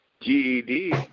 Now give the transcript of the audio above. GED